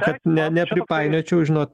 kad ne nepripainiočiau žinot